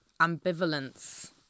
ambivalence